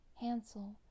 Hansel